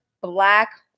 black